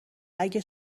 اگه